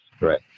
right